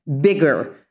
bigger